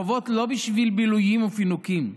חובות לא בשביל בילויים ופינוקים,